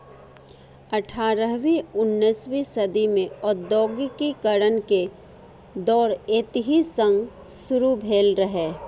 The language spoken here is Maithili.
अठारहवीं उन्नसवीं सदी मे औद्योगिकीकरण के दौर एतहि सं शुरू भेल रहै